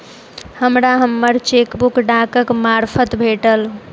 हमरा हम्मर चेकबुक डाकक मार्फत भेटल